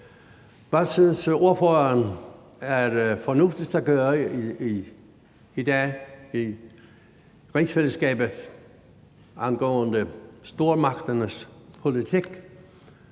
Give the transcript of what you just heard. Hvad synes ordføreren er fornuftigst at gøre i dag i rigsfællesskabet angående stormagternes politik?